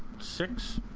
six